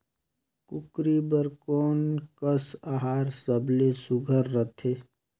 कूकरी बर कोन कस आहार सबले सुघ्घर रथे?